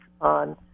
on